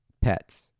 pets